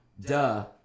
Duh